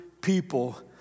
people